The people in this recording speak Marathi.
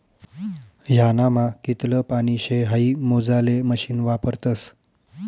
ह्यानामा कितलं पानी शे हाई मोजाले मशीन वापरतस